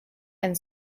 and